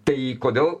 tai kodėl